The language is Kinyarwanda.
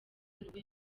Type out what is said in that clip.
nibwo